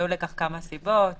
היו לכך כמה סיבות